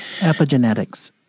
epigenetics